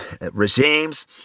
regimes